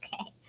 Okay